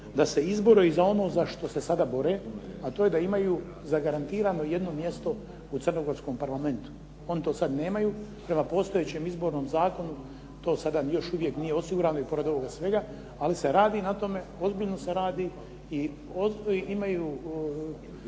da se izbore i za ono za što se sada bore a to je da imaju zagarantirano jedno mjesto u crnogorskom parlamentu. Oni to sada nemaju, prema postojećem izbornom zakonu to sada još uvijek nije osigurano i pored ovoga svega ali se radi na tome, ozbiljno se radi i ima